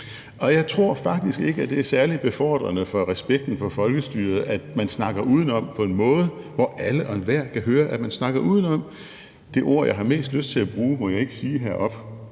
Og jeg tror faktisk ikke, at det er særlig befordrende for respekten for folkestyret, at man snakker udenom på en måde, hvor alle og enhver kan høre, at man snakker udenom. Det ord, jeg har mest lyst til at bruge, må jeg ikke sige heroppe